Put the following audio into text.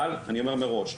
אבל אני אומר מראש,